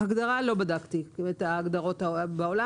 הגדרה, לא בדקתי את ההגדרות בעולם.